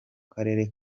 karere